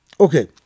Okay